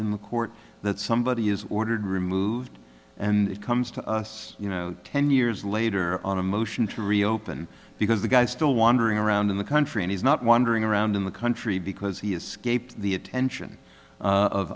in the court that somebody is ordered removed and it comes to us you know ten years later on a motion to reopen because the guy still wandering around in the country and he's not wandering around in the country because he escaped the attention of